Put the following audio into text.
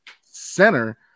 Center